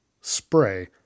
spray